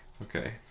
Okay